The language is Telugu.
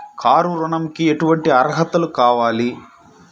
కారు ఋణంకి ఎటువంటి అర్హతలు కావాలి?